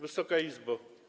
Wysoka Izbo!